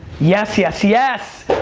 yes, yes, yes.